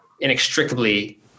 inextricably